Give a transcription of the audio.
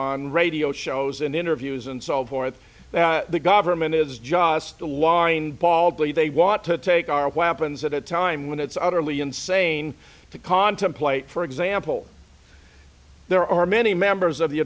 on radio shows and interviews and so forth that the government is just a line baldly they want to take our weapons at a time when it's utterly insane to contemplate for example there are many members of the